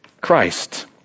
Christ